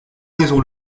raisons